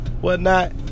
whatnot